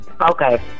Okay